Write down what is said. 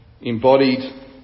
embodied